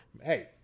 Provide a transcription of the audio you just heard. Hey